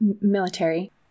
military